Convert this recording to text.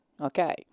okay